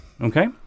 Okay